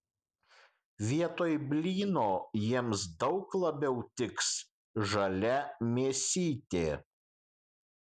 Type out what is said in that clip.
vietoj blyno jiems daug labiau tiks žalia mėsytė